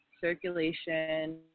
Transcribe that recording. circulation